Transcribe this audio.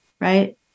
Right